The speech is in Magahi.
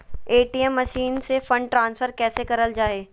ए.टी.एम मसीन से फंड ट्रांसफर कैसे करल जा है?